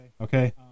okay